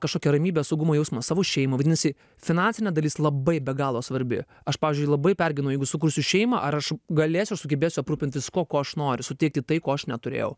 kažkokią ramybę saugumo jausmą savo šeimai vadinasi finansinė dalis labai be galo svarbi aš pavyzdžiui labai pergyvenau jeigu sukursiu šeimą ar aš galėsiu ar sugebėsiu aprūpint viskuo kuo aš noriu suteikti tai ko aš neturėjau